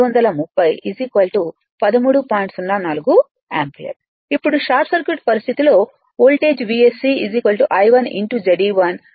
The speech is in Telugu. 04 యాంపియర్ ఇప్పుడు షార్ట్ సర్క్యూట్ పరిస్థితి లో వోల్టేజ్VSC I 1 Z e1 13